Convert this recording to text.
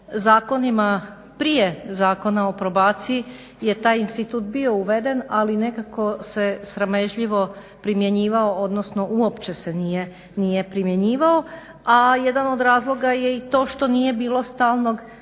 zakonima prije Zakona o probaciji je taj institut bio uveden ali nekako se sramežljivo primjenjivao odnosno uopće se nije primjenjivao, a jedan od razloga je i to što nije bilo stalnog